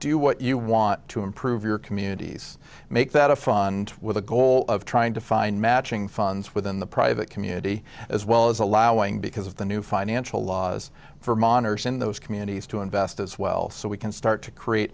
do what you want to improve your communities make that a fund with a goal of trying to find matching funds within the private community as well as allowing because of the new financial laws vermonters in those communities to invest as well so we can start to create